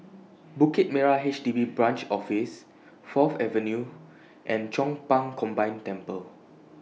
Bukit Merah H D B Branch Office Fourth Avenue and Chong Pang Combined Temple